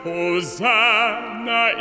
Hosanna